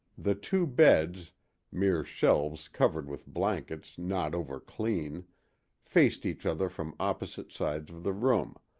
the two beds mere shelves covered with blankets not overclean faced each other from opposite sides of the room,